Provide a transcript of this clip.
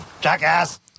jackass